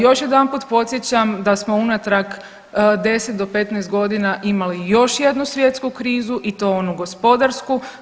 Još jedanput podsjećam da smo unatrag 10 do 15 godina imali još jednu svjetsku krizu i to onu gospodarsku.